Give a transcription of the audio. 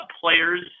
players